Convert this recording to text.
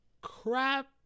crap